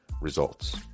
results